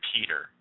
Peter